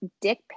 dick